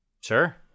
Sure